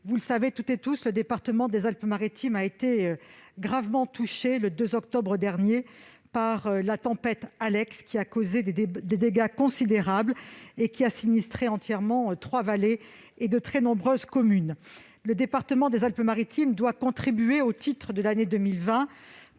Vous le savez tous, ce département a été gravement touché, le 2 octobre dernier, par la tempête Alex, qui a causé des dégâts considérables et qui a sinistré entièrement trois vallées et de très nombreuses communes. Le département des Alpes-Maritimes doit contribuer pour près de 100